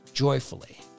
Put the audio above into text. joyfully